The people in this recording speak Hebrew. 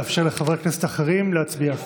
לאפשר לחברי כנסת אחרים להצביע.